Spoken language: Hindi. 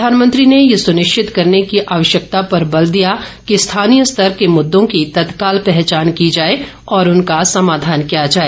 प्रधानमंत्री ने यह सुनिश्चित करने की आवश्यकता पर बल दिया कि स्थानीय स्तर के मुद्दों की तत्काल पहचान की जाए और उनका समाधान किया जाए